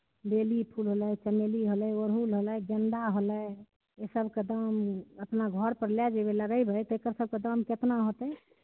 बेली फुल होलै चमेली होलै ओरहुल होलै गेन्दा होलै एहि सबके दाम अपना घर पर लए जेबै लगैबै तऽ एकर सबके दाम केतना होतै